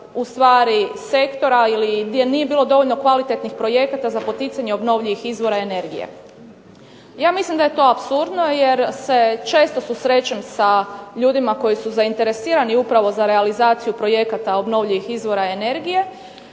ustvari sektora ili gdje nije bilo dovoljno kvalitetnih projekata za poticanje obnovljivih izvora energije. Ja mislim da je to apsurdno jer se često susrećem sa ljudima koji su zainteresirani upravo za realizaciju projekata obnovljivih izvora energije,